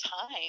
time